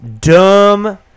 dumb